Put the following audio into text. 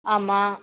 ஆமாம்